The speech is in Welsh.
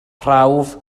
prawf